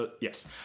yes